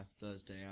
Thursday